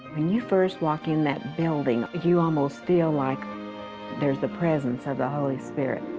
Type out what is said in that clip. when you first walk in that building, you almost feel like there is the presence of the holy spirit.